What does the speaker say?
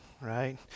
right